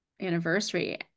anniversary